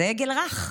זה עגל רך.